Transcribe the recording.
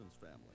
family